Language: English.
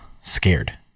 scared